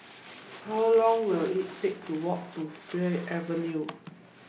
How Long Will IT Take to Walk to Fray Avenue